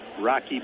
Rocky